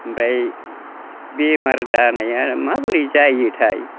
ओमफ्राय बेमार जानाया माबोरै जायोथाय